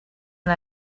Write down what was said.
and